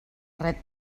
ret